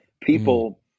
people